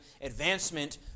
advancement